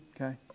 okay